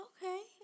Okay